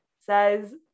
says